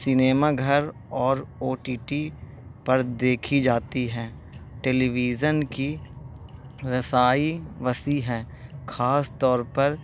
cinema گھر اور O T T پر دیکھی جاتی ہے ٹیلیویژن کی رسائی وسیع ہے خاص طور پر